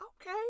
okay